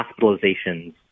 hospitalizations